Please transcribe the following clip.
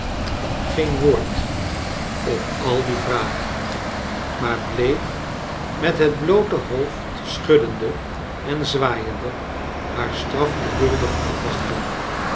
geen woord op al die vragen maar bleef met het bloote hoofd schuddende en zwaaiende haar straf gedulclig afwacliten